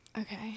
Okay